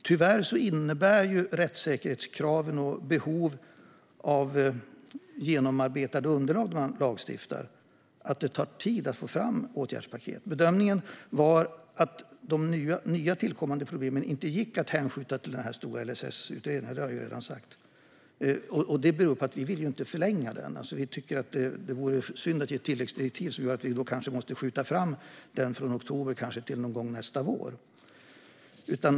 Tyvärr innebär rättssäkerhetskraven och behovet av genomarbetade underlag när man lagstiftar att det tar tid att få fram åtgärdspaket. Bedömningen var, som jag redan har sagt, att de nya tillkommande problemen inte gick att hänskjuta till den stora LSS-utredningen. Detta beror på att vi inte vill förlänga den - vi tycker att det vore synd att ge tilläggsdirektiv som gör att vi kanske måste skjuta fram den från oktober till någon gång nästa vår.